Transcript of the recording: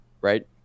right